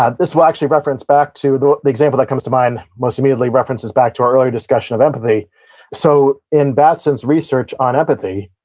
ah this will actually reference back to, the the example that comes to mind most immediately references back to our earlier discussion of empathy so, in batson's research on empathy,